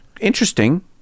interesting